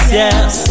yes